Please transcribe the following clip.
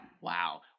wow